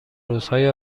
روزهای